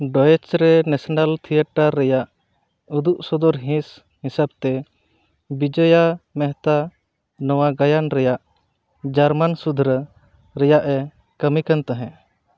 ᱰᱚᱭᱮᱪᱨᱮ national theatre ᱨᱮᱭᱟᱜ ᱩᱫᱩᱜ ᱥᱚᱫᱚᱨ ᱦᱤᱸᱥ ᱦᱤᱥᱟᱹᱵᱛᱮ ᱵᱤᱡᱚᱭᱟ ᱢᱮᱦᱛᱟ ᱱᱚᱣᱟ ᱜᱟᱭᱟᱱ ᱨᱮᱭᱟᱜ ᱡᱟᱨᱢᱟᱱ ᱥᱩᱫᱷᱨᱟᱹ ᱨᱮᱭᱟᱜᱼᱮ ᱠᱟᱢᱤ ᱠᱟᱱ ᱛᱟᱦᱮᱜ